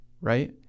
right